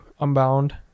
Unbound